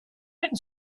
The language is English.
and